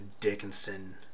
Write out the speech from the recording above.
Dickinson